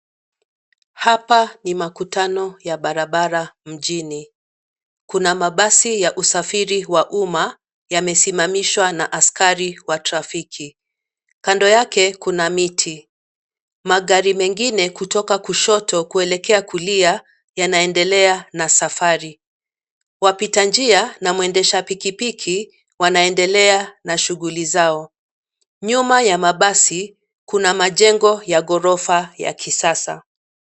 Hapa ni makutano ya barabara mjini. Kuna mabasi ya usafiri wa umma , yamesimamishwa na askari wa trafiki . Kando yake kuna miti. Magari mengine kutoka kushoto kwelekea kulia yanaendelea na safari. Wapita njia na mwendesha pikipiki, wanaendelea na shughuli zao. Nyuma ya mabasi kuna majengo ya ghorofa ya kisasa.